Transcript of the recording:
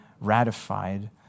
ratified